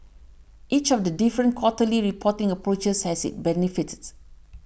each of the different quarterly reporting approaches has its benefits